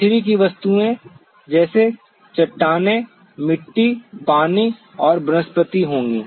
पृथ्वी की वस्तुएं चट्टानें मिट्टी पानी और वनस्पति होंगी